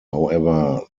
however